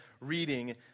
reading